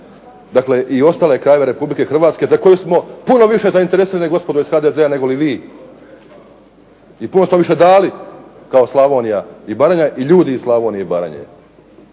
Dakle, i ostale krajeve Republike Hrvatske za koju smo puno više zainteresirani gospodo iz HDZ-a negoli vi i puno smo više dali kao Slavonija i Baranja i ljudi iz Slavonije i Baranje.